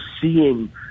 seeing